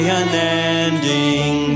unending